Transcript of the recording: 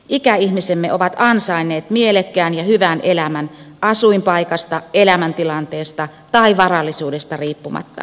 ikäihmisemme ovat ansainneet mielekkään ja hyvän elämän asuinpaikasta elämäntilanteesta tai varallisuudesta riippumatta